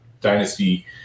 dynasty